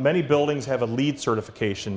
many buildings have a lead certification